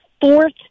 fourth